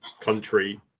country